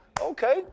okay